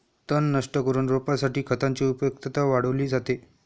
तण नष्ट करून रोपासाठी खतांची उपयुक्तता वाढवली जाते